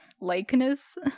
likeness